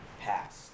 past